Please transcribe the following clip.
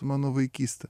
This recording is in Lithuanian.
mano vaikyste